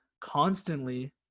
constantly